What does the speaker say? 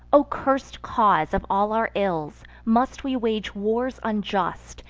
o cursed cause of all our ills, must we wage wars unjust,